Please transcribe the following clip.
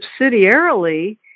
subsidiarily